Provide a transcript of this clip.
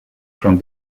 from